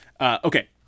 Okay